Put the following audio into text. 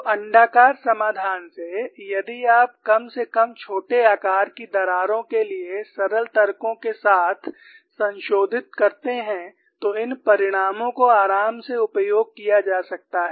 तो अण्डाकार समाधान से यदि आप कम से कम छोटे आकार की दरारों के लिए सरल तर्कों के साथ संशोधित करते हैं तो इन परिणामों को आराम से उपयोग किया जा सकता है